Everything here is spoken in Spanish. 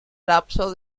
lapso